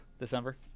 December